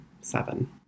seven